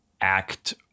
act